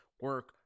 Work